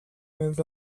moved